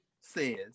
says